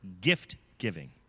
gift-giving